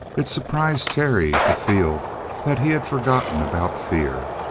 it surprised terry to feel that he had forgotten about fear.